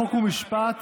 חוק ומשפט,